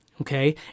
okay